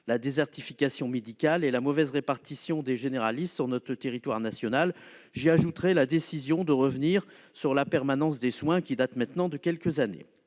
la désertification médicale et la mauvaise répartition des généralistes sur notre territoire national. J'y ajouterai la décision de revenir sur la permanence des soins, qui a été prise voilà maintenant quelques années.